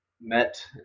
met